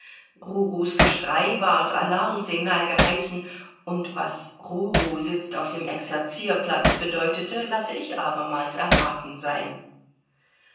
rurus geschrei ward alarmsignal geheißen und was ruru sitzt auf dem exerzierplatz bedeutete lasse ich abermals erraten sein